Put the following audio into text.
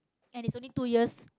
and it's only two years